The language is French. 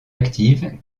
active